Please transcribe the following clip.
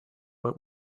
but